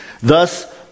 Thus